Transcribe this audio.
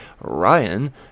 Ryan